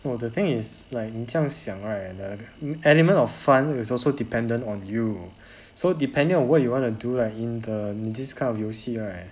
well the thing is like 你这样想 right the element of fun is also dependent on you so depending on what you want to do like in the in this kind of 游戏 right